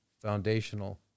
foundational